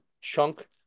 chunk